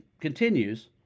continues